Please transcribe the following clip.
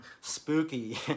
spooky